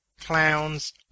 clowns